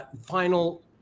final